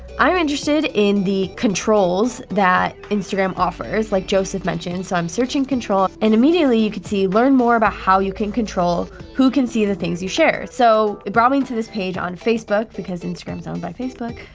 i am interested in the controls that instagram offers, like joseph mentioned, so i'm searching control. and immediately, you can see learn more about how you can control who can see the things you share. so it brought me to this page on facebook because instagram is owned by facebook,